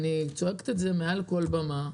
אני צועקת את זה מעל כל במה.